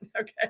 Okay